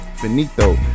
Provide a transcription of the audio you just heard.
Benito